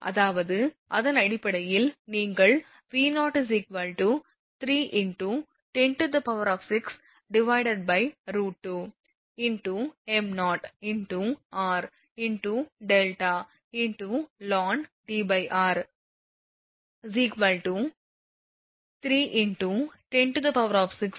அதாவது அதன் அடிப்படையில் நீங்கள் V0 3 × 106 √2 × m0 × r × δ × ln D r 3 × 106 √2 × 0